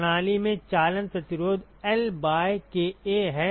तो 1 D प्रणाली में चालन प्रतिरोध L बाय KA है